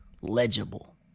legible